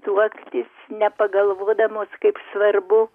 tuoktis nepagalvodamos kaip svarbu